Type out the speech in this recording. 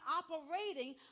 operating